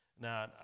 Now